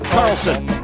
Carlson